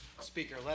speaker